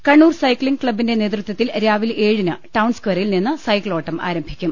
Kannur cycling ക്ലബിന്റെ നേതൃത്വത്തിൽ രാവിലെ ഏഴിന് ടൌൺ സ്ക്വക്യറിൽ നിന്ന് സൈക്കിളോട്ടം ആരംഭിക്കും